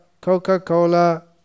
Coca-Cola